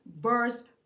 verse